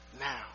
now